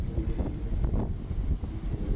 ऋषी विजय